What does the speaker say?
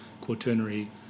quaternary